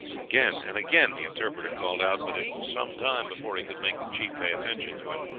again and again the interpreter called out but it was some time before he could make the chief pay attention to him.